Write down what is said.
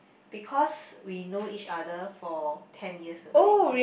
because we know each other for ten years already